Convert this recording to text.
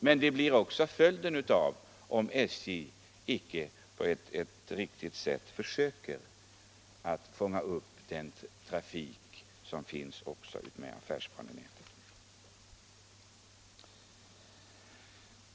Men sådana blir följderna om SJ inte på ett vettigt sätt försöker fånga upp den trafik som finns också utmed affärsbanenätet.